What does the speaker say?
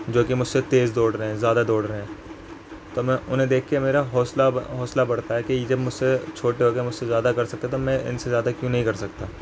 جو کہ مجھ سے تیز دوڑ رہے ہیں زیادہ دوڑ رہے ہیں تو میں انہیں دیکھ کے میرا حوصلہ حوصلہ بڑھتا ہے کہ یہ جب مجھ سے چھوٹے ہو کے مجھ سے زیادہ کر سکتے ہیں تو میں ان سے زیادہ کیوں نہیں کر سکتا